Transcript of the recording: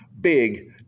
big